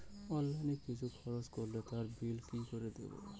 Online কিছু খরচ করলে তার বিল কি করে দেবো?